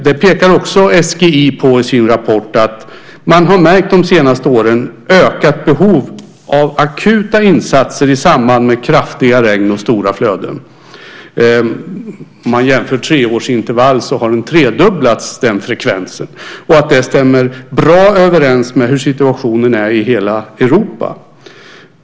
SGI pekar också i sin rapport på att man de senaste åren har märkt ett ökat behov av akuta insatser i samband med kraftiga regn och stora flöden. Sett i ett treårsintervall har den frekvensen tredubblats. Det stämmer bra överens med hur situationen är i hela Europa.